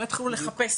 לא יתחילו לחפש.